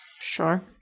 Sure